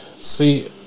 See